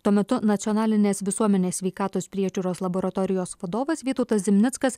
tuo metu nacionalinės visuomenės sveikatos priežiūros laboratorijos vadovas vytautas zimnickas